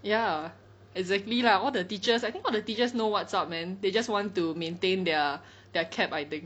ya exactly lah all the teachers I think all the teachers know what's up man they just want to maintain their their CAP I think